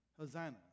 Hosanna